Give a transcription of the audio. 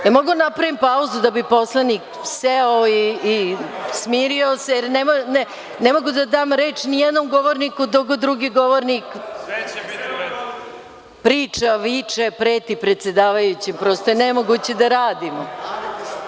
Da li mogu da napravim pauzu da bi poslanik seo i smirio se, jer ne mogu da dam reč ni jednom govorniku, dok drugi govornik priča, viče, preti predsedavajućem, prosto je nemoguće da radimo.